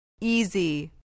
easy